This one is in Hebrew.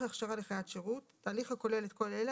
הכשרה לחיית שירות" תהליך הכולל את כל אלה,